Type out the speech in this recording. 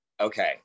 Okay